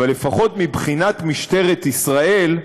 אבל לפחות מבחינת משטרת ישראל,